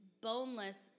boneless